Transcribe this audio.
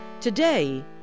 Today